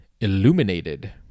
illuminated